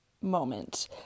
moment